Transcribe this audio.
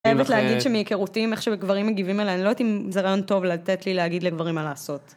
אני חייבת להגיד שמהיכרותי, ען איך שבגברים גיבים אליי. אני לא יודעת אם זה רעיון טוב לתת לי להגיד לגברים מה לעשות.